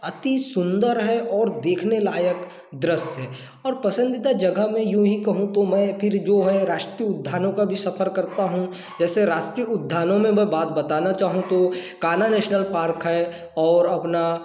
अति सुंदर है और देखने लायक दृश्य है और पसंदीदा जगह मैं यूँ ही कहूँ तो मैं फिर जो है राष्ट्रीय उद्यानों का भी सफर करता हूँ जैसे राष्ट्रीय उद्यानों में मैं बात बताना चाहूँ तो कान्हा नेशनल पार्क है और अपना